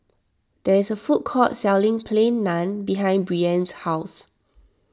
there is a food court selling Plain Naan behind Brianne's house